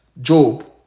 Job